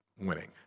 winning